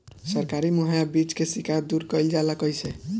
सरकारी मुहैया बीज के शिकायत दूर कईल जाला कईसे?